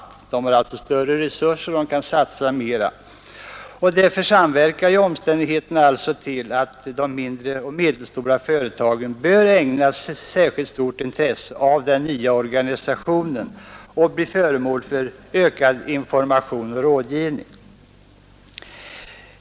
De stora företagen har alltså större resurser och kan satsa mera. Därför samverkar omständigheterna till att de mindre och medelstora företagen bör ägnas särskilt stort intresse av den nya organisationen och bli föremål för ökad information och rådgivning.